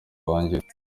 wangiriye